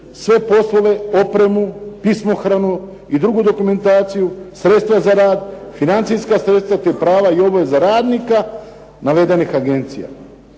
sve poslove, otpremu, pismohranu, i drugu dokumentaciju, sredstva za rad, financijska sredstva te prava i obaveza radnika navedenih agencija.